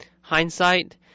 Hindsight